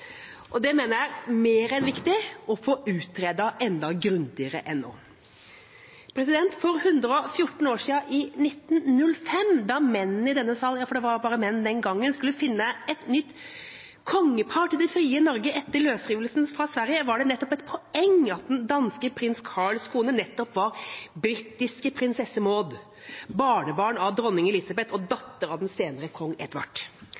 Det mener jeg er mer enn viktig å få utredet enda grundigere nå. For 114 år siden, i 1905, da mennene i denne salen – ja, for det var bare menn den gangen – skulle finne et nytt kongepar til det frie Norge etter løsrivelsen fra Sverige, var det nettopp et poeng at den danske prins Carls kone var britiske prinsesse Maud, barnebarn av dronning Victoria og datter av den senere kong